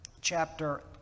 chapter